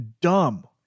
dumb